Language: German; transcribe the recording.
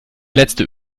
letzte